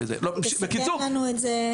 תסכם לנו את זה.